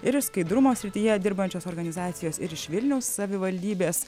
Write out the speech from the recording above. ir iš skaidrumo srityje dirbančios organizacijos ir iš vilniaus savivaldybės